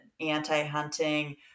anti-hunting